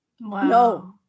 no